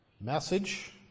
message